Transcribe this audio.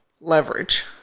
Leverage